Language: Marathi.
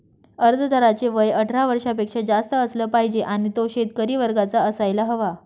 अर्जदाराचे वय अठरा वर्षापेक्षा जास्त असलं पाहिजे आणि तो शेतकरी वर्गाचा असायला हवा